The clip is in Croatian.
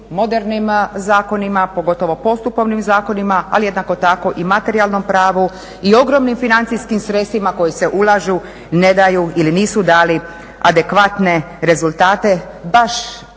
modernim zakonima, pogotovo postupovnim zakonima, ali jednako tako i materijalnom pravu i ogromnim financijskim sredstvima koji se ulažu, ne daju ili nisu dali adekvatne rezultate baš